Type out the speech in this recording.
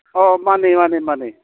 ꯑꯣ ꯃꯥꯅꯦ ꯃꯥꯅꯦ ꯃꯥꯅꯦ